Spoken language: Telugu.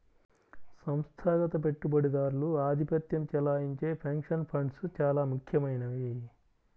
సంస్థాగత పెట్టుబడిదారులు ఆధిపత్యం చెలాయించే పెన్షన్ ఫండ్స్ చాలా ముఖ్యమైనవి